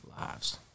lives